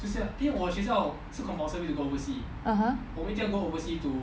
(uh huh)